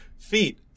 feet